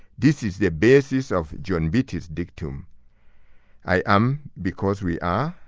this is the basis of john mbiti's dictum i am, because we are,